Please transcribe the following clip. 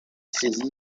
saisie